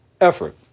effort